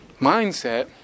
mindset